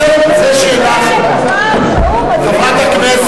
לא היה מצב שיש שר על כל חבר כנסת.